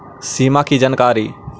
सिमा कि जानकारी?